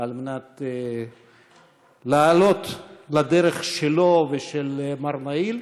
על מנת לעלות על הדרך שלו ושל מר נאיל,